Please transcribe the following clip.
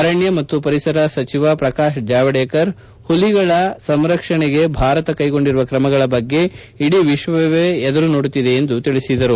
ಅರಣ್ಯ ಮತ್ತು ಪರಿಸರ ಸಚಿವ ಶ್ರಕಾಶ ಜಾವಡೇಕರ್ ಹುಲಿಗಳ ಸಂರಕ್ಷಣೆಗೆ ಭಾರತ ಕೈಗೊಂಡಿರುವ ಕ್ರಮಗಳ ಬಗ್ಗೆ ಇಡೀ ವಿಶ್ವವೇ ಎದುರು ನೋಡುತ್ತಿದೆ ಎಂದು ತಿಳಿಸಿದರು